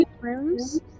rooms